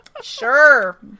Sure